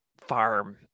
farm